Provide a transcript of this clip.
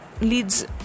leads